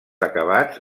acabats